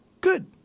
good